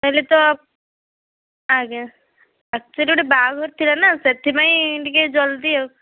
ତା'ହେଲେ ତ ଆଜ୍ଞା ଆକ୍ଚୁଆଲି ଗୋଟେ ବାହାଘର ଥିଲାନା ସେଥିପାଇଁ ଟିକେ ଜଲଦି ଆଉ